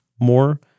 more